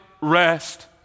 rest